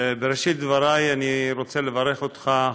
בראשית דבריי אני רוצה לברך אותך,